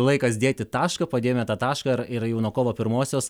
laikas dėti tašką padėjome tą tašką ir ir jau nuo kovo pirmosios